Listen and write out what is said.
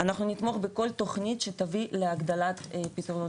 אנחנו נתמוך בכל תוכנית שתביא להגדלת מסגרות